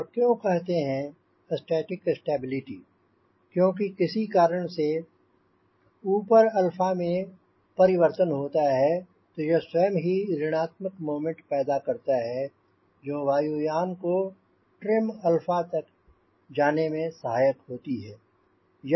और क्यों कहते हैं स्टैटिक स्टेबिलिटी क्योंकि किसी कारण से ऊपर 𝛼 में परिवर्तन होता है तो यह स्वयं ही ऋणात्मक मोमेंट पैदा करता है जो वायुयान को ट्रिम 𝛼 तक जाने में सहायक होती है